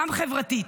גם חברתית,